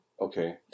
Okay